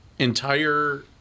Entire